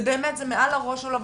זה מעל הראש שלו,